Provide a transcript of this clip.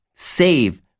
Save